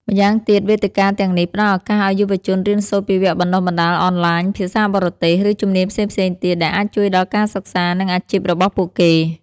ម្យ៉ាងទៀតវេទិកាទាំងនេះផ្តល់ឱកាសឱ្យយុវជនរៀនសូត្រពីវគ្គបណ្តុះបណ្តាលអនឡាញ ភាសាបរទេស ឬជំនាញផ្សេងៗទៀត ដែលអាចជួយដល់ការសិក្សា និងអាជីពរបស់ពួកគេ។